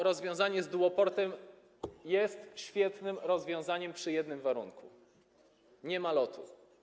Rozwiązanie z duoportem jest świetnym rozwiązaniem pod jednym warunkiem - że nie ma LOT-u.